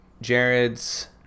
jared's